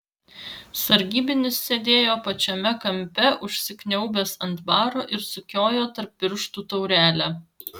sargybinis sėdėjo pačiame kampe užsikniaubęs ant baro ir sukiojo tarp pirštų taurelę